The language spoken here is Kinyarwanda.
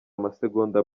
amasegonda